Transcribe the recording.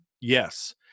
Yes